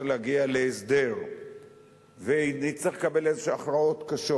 להגיע להסדר ונצטרך לקבל הכרעות קשות,